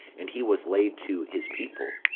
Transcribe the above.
and he was laid to his people.